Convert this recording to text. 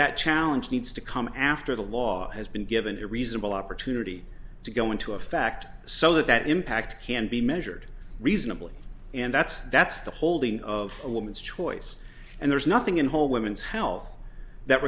that challenge needs to come after the law has been given a reasonable opportunity to go into effect so that that impact can be measured reasonably and that's that's the holding of a woman's choice and there's nothing in whole women's health that